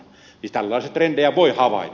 siis tällaisia trendejä voi havaita